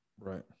Right